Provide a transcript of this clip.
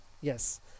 yes